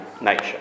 nature